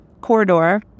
corridor